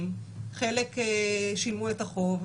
אולי הקורונה עיוותה,